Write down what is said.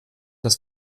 das